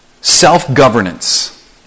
self-governance